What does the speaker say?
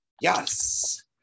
yes